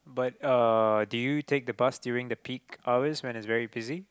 but uh did you take the bus during the peak hours when it's very busy